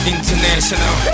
International